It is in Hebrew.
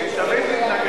אני רק רוצה להגיד